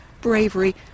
bravery